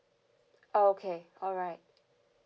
okay alright